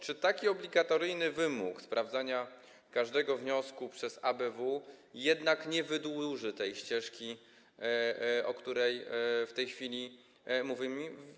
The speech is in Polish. Czy taki wymóg obligatoryjnego sprawdzania każdego wniosku przez ABW jednak nie wydłuży tej ścieżki, o której w tej chwili mówimy?